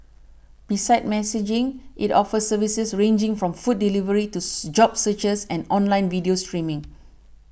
besides messaging it offers services ranging from food delivery to job searches and online video streaming